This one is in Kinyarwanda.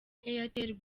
airtel